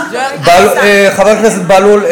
חבר הכנסת בהלול,